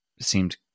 seemed